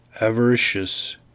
avaricious